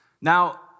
Now